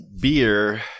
beer